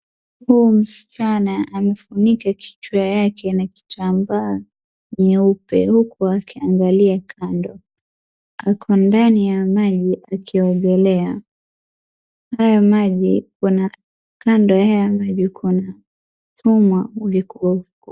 Huu msichana amefunika kichwa yake na kitambaa nyeupe huku akiangalia kando. Ako ndani ya maji akiogelea. Haya maji kuna kando yae kuna chuma viko huko.